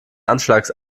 anschlags